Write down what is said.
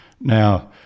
now